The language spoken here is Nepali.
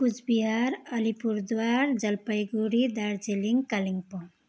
कुचबिहार अलिपुरद्वार जलपाइगुडी दार्जिलिङ कालिम्पोङ